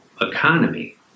economy